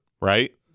right